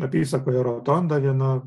apysakoje rotonda viena